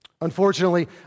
Unfortunately